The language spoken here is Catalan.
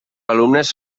alumnes